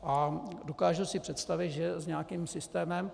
A dokážu si představit, že s nějakým systémem.